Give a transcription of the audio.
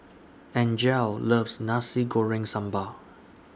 Angele loves Nasi Goreng Sambal